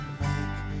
make